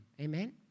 Amen